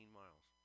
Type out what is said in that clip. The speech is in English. miles